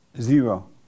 Zero